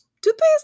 Toothpaste